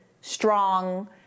strong